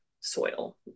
soil